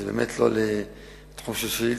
זה באמת לא לתחום של שאילתא,